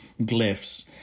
glyphs